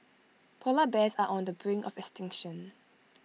Polar Bears are on the brink of extinction